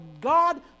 God